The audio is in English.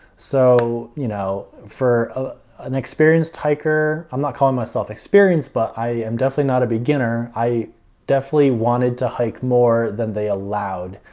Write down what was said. so, you know, for ah an experienced hiker, i'm not calling myself experienced, but i am definitely not a beginner, i definitely wanted to hike more than they allowed.